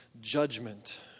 judgment